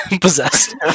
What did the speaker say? Possessed